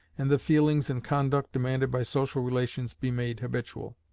and the feelings and conduct demanded by social relations be made habitual.